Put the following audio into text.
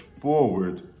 forward